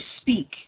speak